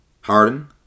Harden